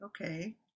okay